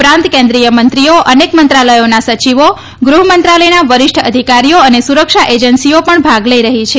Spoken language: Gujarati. ઉપરાંત કેન્દ્રિય મંત્રીઓ અનેક મંત્રાલયોના સચિવો ગૃહ મંત્રાલયના વરિષ્ઠ અધિકારીઓ અને સુરક્ષા એજન્સીઓ પણ ભાગ લઇ રહી છે